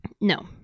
No